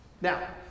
Now